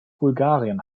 bulgarien